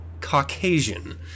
Caucasian